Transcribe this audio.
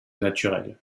naturel